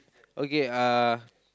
okay uh